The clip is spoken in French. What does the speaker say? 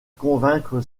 convaincre